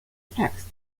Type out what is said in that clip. text